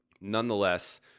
Nonetheless